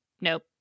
Nope